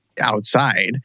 outside